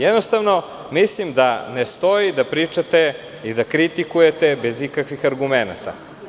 Jednostavno, mislim da ne stoji da pričate i da kritikujete bez ikakvih argumenata.